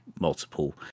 multiple